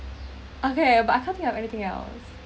okay but I can't think of anything else